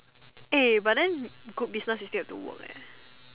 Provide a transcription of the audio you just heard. eh but then good business you still have to work eh